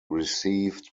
received